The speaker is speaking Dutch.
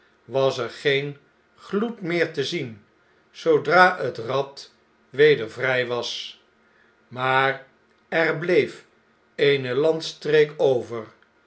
was er geen gloed meer te zien zoodra het rad weder vrjj was maar er bleef eene landstreek over